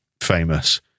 famous